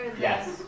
Yes